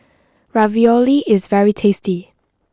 Ravioli is very tasty